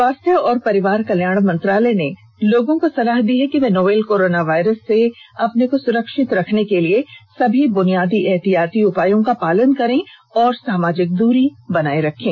स्वास्थ्य और परिवार कल्याण मंत्रालय ने लोगों को सलाह दी है कि वे नोवल कोरोना वायरस से अपने को सुरक्षित रखने के लिए सभी बुनियादी एहतियाती उपायों का पालन करें और सामाजिक दूरी बनाए रखें